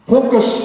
Focus